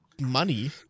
money